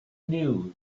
knew